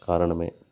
காரணமே